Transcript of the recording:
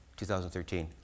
2013